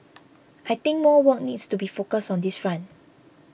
I think more want needs to be focused on this front